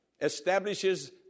establishes